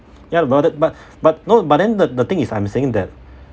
ya but but the but but no but then the the thing is I'm saying that